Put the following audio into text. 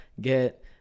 get